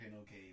okay